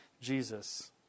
Jesus